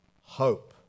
hope